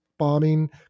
bombing